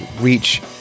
reach